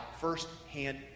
first-hand